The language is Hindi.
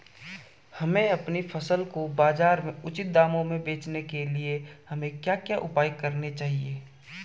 हमें अपनी फसल को बाज़ार में उचित दामों में बेचने के लिए हमें क्या क्या उपाय करने चाहिए?